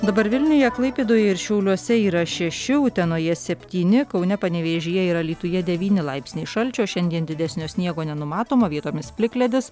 dabar vilniuje klaipėdoje ir šiauliuose yra šeši utenoje septyni kaune panevėžyje ir alytuje devyni laipsniai šalčio šiandien didesnio sniego nenumatoma vietomis plikledis